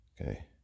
okay